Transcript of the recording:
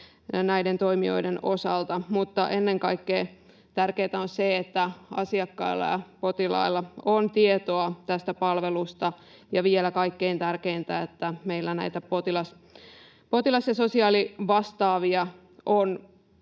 näiden toimijoiden osalta, mutta ennen kaikkea tärkeätä on se, että asiakkailla ja potilailla on tietoa tästä palvelusta, ja vielä kaikkein tärkeintä, että meillä näitä potilas- ja sosiaalivastaavia on